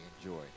enjoy